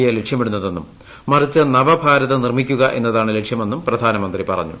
A ലക്ഷ്യമിടുന്നതെന്നും മറിച്ച് നവഭാര്ത്രം നിർമ്മിക്കുക എന്നതാണ് ലക്ഷ്യമെന്നും പ്രധാനമന്ത്രി പറഞ്ഞു